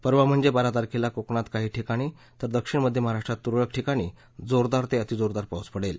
परवा म्हणजे बारा तारखेला कोकणात काही ठिकाणी तर दक्षिण मध्य महाराष्ट्रात तुरळक ठिकाणी जोरदार ते अतिजोरदार पाऊस पडेल